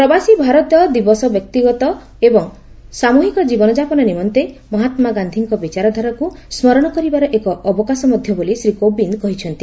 ପ୍ରବାସୀ ଭାରତ ଦିବସ ବ୍ୟକ୍ତିଗତ ଏବଂ ସାମୁହିକ ଜୀବନଯାପନ ନିମନ୍ତେ ମହାତ୍ମାଗାନ୍ଧୀଙ୍କ ବିଚାରଧାରାକୁ ସ୍କରଣ କରିବାର ଏକ ଅବକାଶ ମଧ୍ୟ ବୋଲି ଶ୍ରୀ କୋବିନ୍ଦ କହିଛନ୍ତି